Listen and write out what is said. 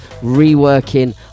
reworking